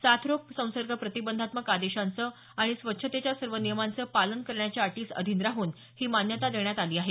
साथरोग संसर्ग प्रतिबंधात्मक आदेशांचं आणि स्वच्छतेच्या सर्व नियमांचं पालन करण्याच्या अटीस अधीन राहून ही मान्यता देण्यात आली आहे